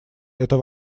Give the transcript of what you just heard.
это